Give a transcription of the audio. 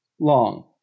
long